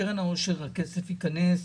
לקרן העושר הכסף ייכנס,